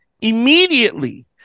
Immediately